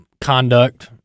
conduct